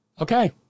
Okay